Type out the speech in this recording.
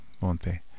Monte